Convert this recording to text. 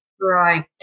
Right